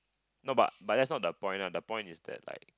no but but that's not the point lah the point is that like